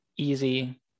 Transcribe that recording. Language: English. easy